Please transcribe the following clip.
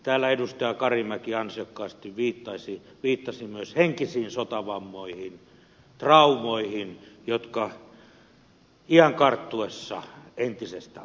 täällä edustaja karimäki ansiokkaasti viittasi myös henkisiin sotavammoihin traumoihin jotka iän karttuessa entisestään pahenevat